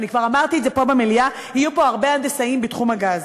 ואני כבר אמרתי את זה פה במליאה: יהיו פה הרבה הנדסאים בתחום הגז.